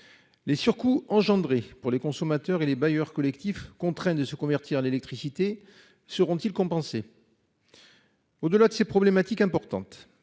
Les surcoûts engendrés pour les consommateurs et les bailleurs collectif contraint de se convertir à l'électricité. Seront-ils compensés. Au-delà de ces problématiques importantes